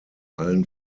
allen